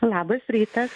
labas rytas